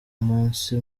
munsi